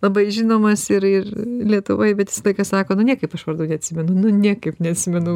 labai žinomas ir ir lietuvoj bet visą laiką sako nu niekaip aš vardų neatsimenu nu niekaip neatsimenu